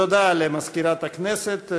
תודה למזכירת הכנסת.